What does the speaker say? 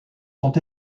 sont